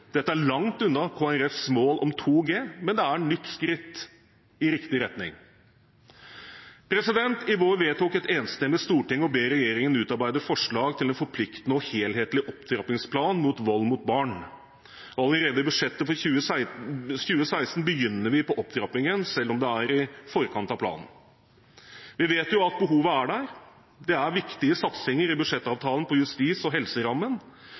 Dette er langt unna Kristelig Folkepartis mål om 2 G, men det er et nytt skritt i riktig retning. I vår vedtok et enstemmig storting å be regjeringen utarbeide forslag til en forpliktende og helhetlig opptrappingsplan mot vold mot barn. Allerede i budsjettet for 2016 begynner vi på opptrappingen, selv om det er i forkant av planen. Vi vet at behovet er der. Det er viktige satsinger i budsjettavtalen på justis- og helserammen,